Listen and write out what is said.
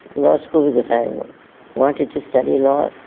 law school with this. i wanted to study law.